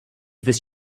this